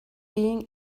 being